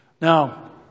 Now